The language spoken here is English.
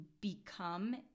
become